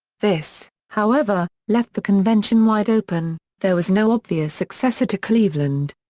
this, however, left the convention wide open there was no obvious successor to cleveland.